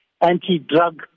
anti-drug